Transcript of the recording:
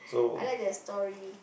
I like the story